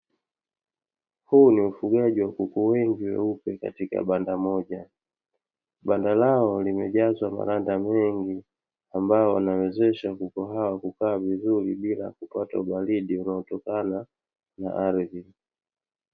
Huu ni ufugaji wa kuku wengi weupe katika banda moja, banda lao limejazwa malanda mengi ambayo yanawezesha kuku hao kukaa vizuri bila ya kupata ubaridi unaotokana na ardhi.